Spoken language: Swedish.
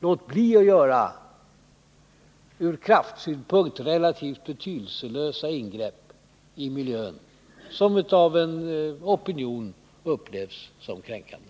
Låt bli att göra ur kraftsynpunkt relativt betydelselösa ingrepp i miljön, som av en opinion upplevs som kränkande!